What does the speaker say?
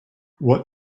what